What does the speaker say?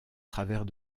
travers